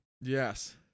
Yes